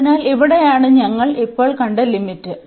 അതിനാൽ ഇവിടെയാണ് ഞങ്ങൾ ഇപ്പോൾ കണ്ട ലിമിറ്റ്